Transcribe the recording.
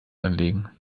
anlegen